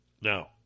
Now